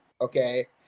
okay